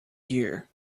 year